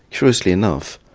curiously enough,